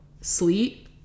Sleet